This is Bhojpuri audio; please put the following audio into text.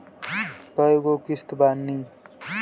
कय गो किस्त बानी?